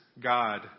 God